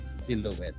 Silhouette